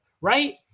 right